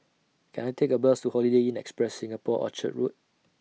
Can I Take A Bus to Holiday Inn Express Singapore Orchard Road